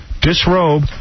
disrobe